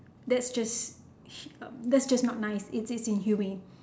that's just that's just not nice it is inhumane